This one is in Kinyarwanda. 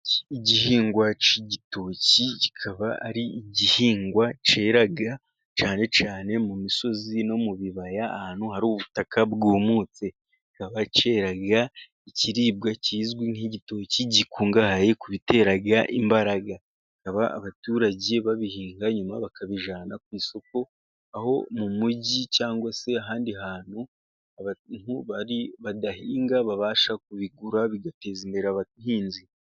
Igihingwa cy'igitoki kikaba ari igihingwa cyera cyane cyane mu misozi no mu bibaya ahantu hari ubutaka bwumutse. Kikaba cyera ikiribwa kizwi nk'igitoki gikungahaye ku bitera imbaraga, bikaba abaturage babihinga nyuma bakabijyana ku isoko, aho mu mujyi cyangwa se ahandi hantu abantu badahinga babasha kubigura bigateza imbere abahinzi.